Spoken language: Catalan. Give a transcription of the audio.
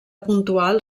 puntual